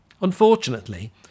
Unfortunately